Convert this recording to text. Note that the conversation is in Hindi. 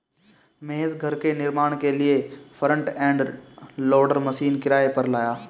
महेश घर के निर्माण के लिए फ्रंट एंड लोडर मशीन किराए पर लाया